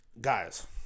guys